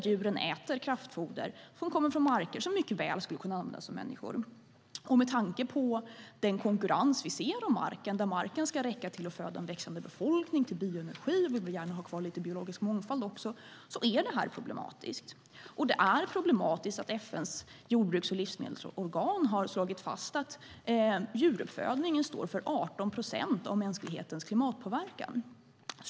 Djuren äter kraftfoder som kommer från marker som mycket väl skulle kunna användas av människor. Med tanke på den konkurrens vi ser om marken, där marken ska räcka till att föda en växande befolkning och till bioenergi, och att vi också gärna vill ha kvar lite biologisk mångfald, är detta problematiskt. Det är problematiskt att FN:s jordbruks och livsmedelsorgan har slagit fast att djuruppfödningen står för 18 procent av mänsklighetens klimatpåverkan.